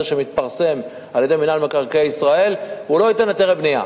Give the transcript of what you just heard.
שמתפרסם על-ידי מינהל מקרקעי ישראל הוא לא ייתן היתרי בנייה.